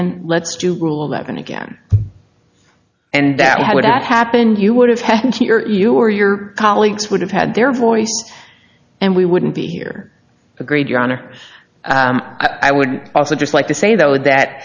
in let's do cruel eleven again and that would have happened you would have had your you or your colleagues would have had their voice and we wouldn't be here agreed your honor i would also just like to say though that